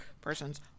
person's